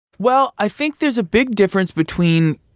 well, i think there's a big difference between